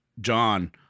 John